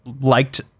liked